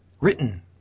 written